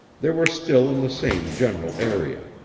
they were still in the same general area.